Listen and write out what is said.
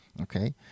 Okay